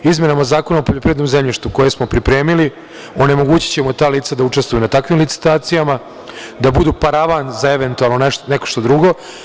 Izmenama Zakona o poljoprivrednom zemljištu, koje smo pripremili, onemogućićemo ta lica da učestvuju na takvim licitacijama, da budu paravan za eventualno nešto drugo.